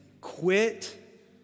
quit